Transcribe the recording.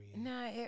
No